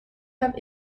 have